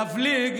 להבליג,